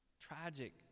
Tragic